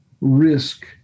risk